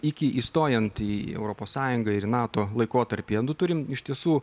iki įstojant į europos sąjungą ir į nato laikotarpyje nu turim iš tiesų